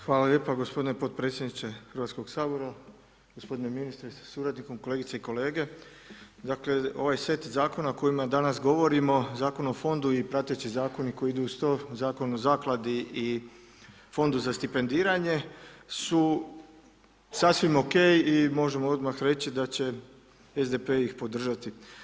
Hvala lijepa gospodine Potpredsjedniče Hrvatskoga sabora, gospodine ministre sa suradnikom, kolegice i kolege, dakle, ovaj set zakona o kojemu danas govorimo Zakon o fondu i prateći Zakon koji ide uz to, Zakon o Zakladi i Fondu za stipendiranju su sasvim ok i možemo odmah reći da će SDP-e ih podržati.